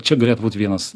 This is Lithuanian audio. čia galėtų būt vienas